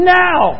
now